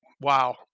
wow